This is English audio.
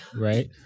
right